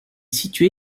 situé